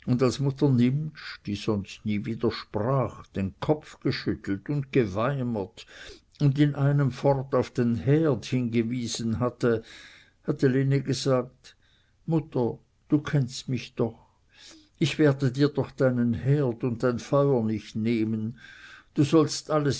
als mutter nimptsch die sonst nie widersprach den kopf geschüttelt und geweimert und in einem fort auf den herd hingewiesen hatte hatte lene gesagt mutter du kennst mich doch ich werde dir doch deinen herd und dein feuer nicht nehmen du sollst alles